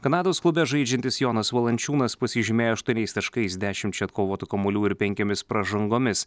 kanados klube žaidžiantis jonas valančiūnas pasižymėjo aštuoniais taškais dešimčia atkovotų kamuolių ir penkiomis pražangomis